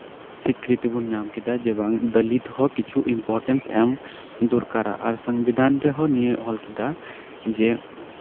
ᱥᱤᱠᱨᱤᱛᱤ ᱵᱚᱱ ᱧᱟᱢ ᱠᱮᱫᱟ ᱡᱮ ᱫᱚᱞᱤᱛ ᱦᱚᱸ ᱠᱤᱪᱷᱩ ᱤᱢᱯᱚᱨᱴᱮᱱᱥ ᱮᱢ ᱫᱚᱨᱠᱟᱨᱟ ᱟᱨ ᱥᱚᱝᱵᱤᱫᱷᱟᱱ ᱨᱮᱦᱚᱸ ᱱᱤᱭᱟᱹ ᱚᱞ ᱠᱮᱫᱟ ᱡᱮ